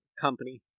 company